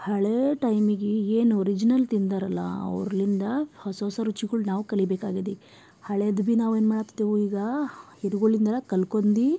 ಹಳೇ ಟೈಮಿಗಿ ಏನು ಒರಿಜಿನಲ್ ತಿಂದರಲ್ಲ ಅವ್ರುಲಿಂದ ಹೊಸ ಹೊಸ ರುಚಿಗಳ್ ನಾವು ಕಲಿಬೇಕಾಗೆದೀಗ ಹಳೇದು ಬಿ ನಾವು ಏನ್ಮಾಡತತ್ತೇವು ಈಗ ಹಿರಿಗಳಿಂದರ ಕಲ್ಕೊಂಡು